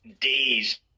days